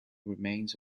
remains